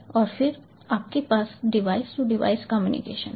और फिर आपके पास डिवाइस टू मशीन कम्युनिकेशन है